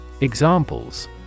Examples